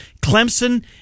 Clemson